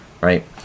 right